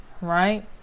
right